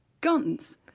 guns